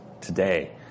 today